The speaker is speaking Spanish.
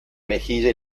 mejilla